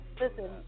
Listen